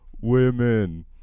women